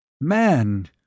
Man